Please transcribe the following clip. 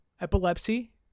epilepsy